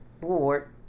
board